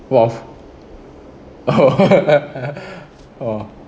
!wah! oh